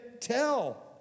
tell